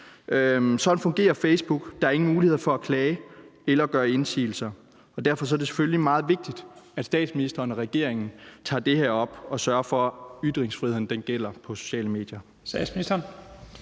Sådan fungerer Facebook. Der er ingen muligheder for at klage eller gøre indsigelser, og derfor er det selvfølgelig meget vigtigt, at statsministeren og regeringen tager det her op og sørger for, at ytringsfriheden gælder på sociale medier.